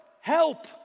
help